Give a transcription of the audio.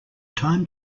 time